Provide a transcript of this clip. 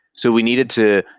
so we needed to,